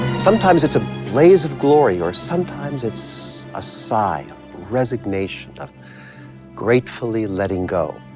sometimes it's a blaze of glory, or sometimes it's a sigh of resignation, of gratefully letting go.